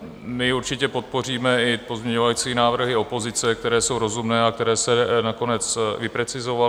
My určitě podpoříme i pozměňovací návrhy opozice, které jsou rozumné a které se nakonec vyprecizovaly.